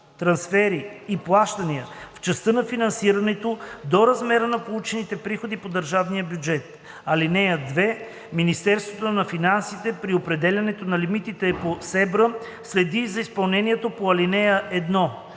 трансфери и плащания в частта на финансирането до размера на получените приходи по държавния бюджет. (2) Министерството на финансите при определянето на лимитите по СЕБРА следи за изпълнението по ал. 1.